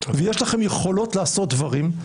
ויש לכם יכולות לעשות דברים,